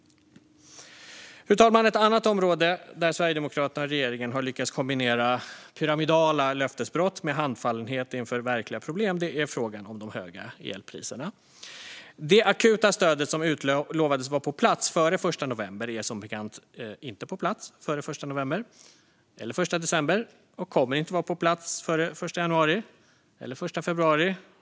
Fru talman! Ett annat område där Sverigedemokraterna och regeringen har lyckats kombinera pyramidala löftesbrott med handfallenhet inför verkliga problem är frågan om de höga elpriserna. Det akuta stödet, som utlovades vara på plats före den 1 november, är som bekant inte på plats före den 1 november, eller den 1 december, och det kommer inte att vara på plats före den 1 januari, eller den 1 februari.